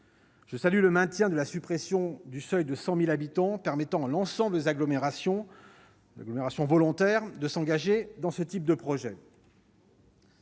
Je salue le maintien de la suppression du seuil de 100 000 habitants, qui permet à l'ensemble des agglomérations volontaires de s'engager dans ce type de projets.